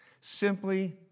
Simply